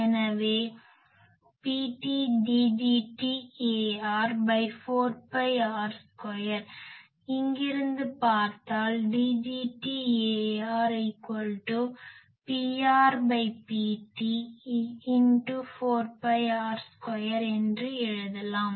எனவே PtDgtAr4பைR2 இங்கிருந்து பார்த்தால் DgtArPrPt×4பைR2என்று எழுதலாம்